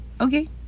okay